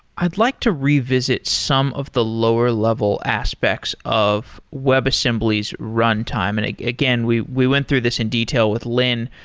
i'd like to revisit some of the lower level aspects of webassembly's runtime. and ah again, we we went through this in detail with lin,